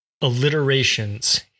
Alliterations